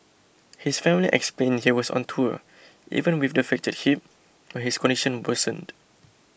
his family explained he was on tour even with the fractured hip when his condition worsened